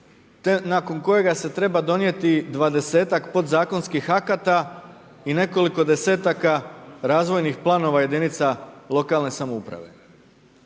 nakon kojega se treba donijeti 20-tak podzakonskih akata i nekoliko 10-taka razvojnih planova jedinica lokalne samouprave.